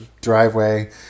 driveway